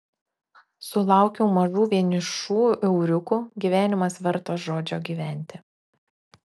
sulaukiau mažų vienišų euriukų gyvenimas vertas žodžio gyventi